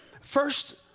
First